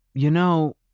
you know,